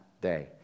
day